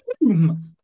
Boom